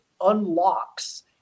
unlocks